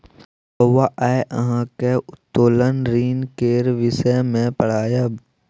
बौआ आय अहाँक उत्तोलन ऋण केर विषय मे पढ़ायब